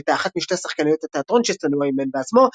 שהייתה אחת משתי שחקניות התיאטרון שצנוע אימן בעצמו,